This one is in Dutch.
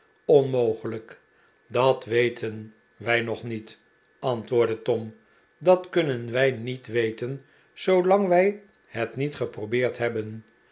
onmogelijk dat weten wij nog niet antwoordde tom r dat kunnen wij niet weten zoolang wij het niet geprobeerd hebben